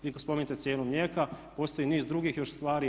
Vi spominjete cijenu mlijeka, postoji niz drugih još stvari.